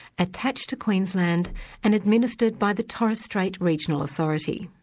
attached to queensland and administered by the torres strait regional authority.